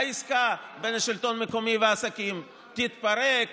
העסקה בין השלטון המקומי והעסקים תתפרק,